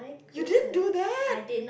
you didn't do that